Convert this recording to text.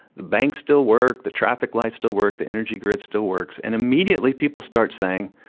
the bank still work, the traffic lights still work, the energy grid still works. and immediately people start saying,